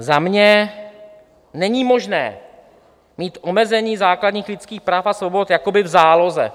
Za mě: Není možné mít omezení základních lidských práv a svobod jakoby v záloze.